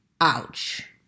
Ouch